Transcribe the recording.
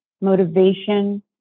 motivation